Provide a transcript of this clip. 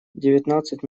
девятнадцать